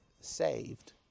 saved